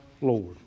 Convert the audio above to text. Lord